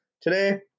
Today